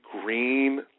green